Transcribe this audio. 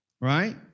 right